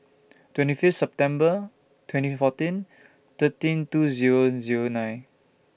twenty Fifth September twenty fourteen thirteen two Zero Zero nine